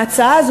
ההצעה הזאת,